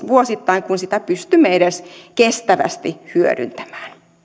vuosittain kuin sitä pystymme edes kestävästi hyödyntämään